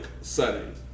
setting